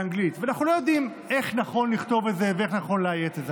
ואנחנו לא יודעים איך נכון לכתוב את זה ואיך נכון לאיית את זה,